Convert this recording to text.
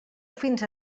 fins